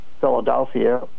Philadelphia